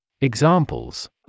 Examples